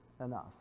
enough